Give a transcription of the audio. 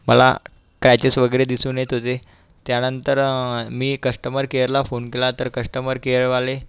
मला क्रॅचेस वगैरे दिसून येत होते त्यानंतर मी कस्टमर केयरला फोन केला तर कस्टमर केयरवाले